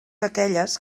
aquelles